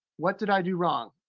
what did i do wrong?